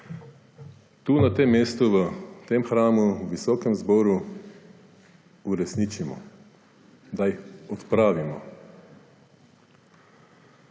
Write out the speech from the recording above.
tu na tem mestu, v tem hramu, visokem zboru uresničimo, da jih odpravimo.